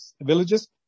villages